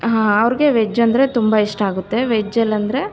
ಅವ್ರಿಗೆ ವೆಜ್ಜಂದರೆ ತುಂಬ ಇಷ್ಟ ಆಗುತ್ತೆ ವೆಜ್ಜಲ್ಲಿ ಅಂದರೆ